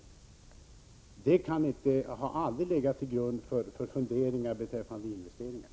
Nedläggningen av persontrafiken har aldrig legat till grund för betänkligheter beträffande investeringar för godstrafikens del.